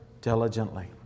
diligently